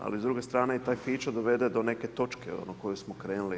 Ali s druge strane, taj fićo dovede do neke točke od koje smo krenuli.